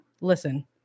listen